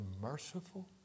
merciful